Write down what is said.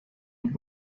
und